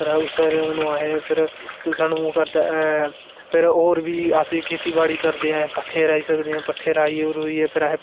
ओह् सानू ओह् करदा ऐ फिर ओह् औऱ बी खोती बाड़ी करदे़ आं पट्ठे राही सकदे हआं पठ्ठे राही रोहियै